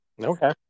Okay